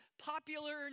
popular